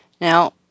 Now